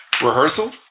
rehearsal